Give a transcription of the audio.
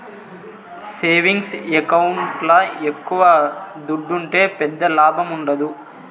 savings ఎకౌంట్ల ఎక్కవ దుడ్డుంటే పెద్దగా లాభముండదు